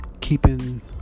keeping